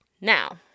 Now